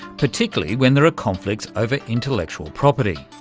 particularly when there are conflicts over intellectual property.